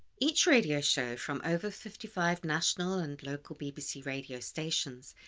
each radio show, from over fifty five national and local bbc radio stations,